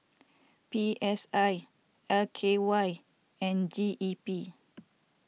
P S I L K Y and G E P